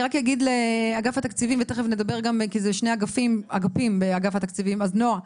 נועה,